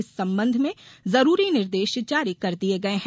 इस संबंध में जरूरी निर्देश जारी कर दिये गये हैं